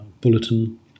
bulletin